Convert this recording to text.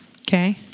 Okay